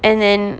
and then